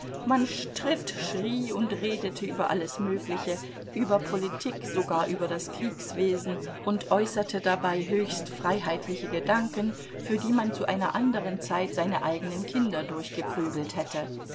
man stritt schrie und redete über alles mögliche über politik sogar über das kriegswesen und äußerte dabei höchst freiheitliche gedanken für die man zu einer anderen zeit seine eigenen kinder durchgeprügelt hätte